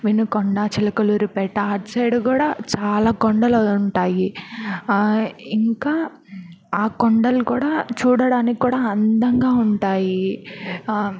వినుకొండ చిలకలూరుపెట అటుసైడ్ కూడా చాలా కొండలు ఉంటాయి ఇంకా ఆ కొండలు కూడా చూడడానికి కూడా అందంగా ఉంటాయి